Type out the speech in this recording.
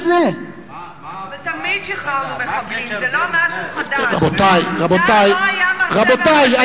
תמיד שחררנו, זה לא משהו, רבותי, רבותי.